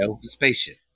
spaceship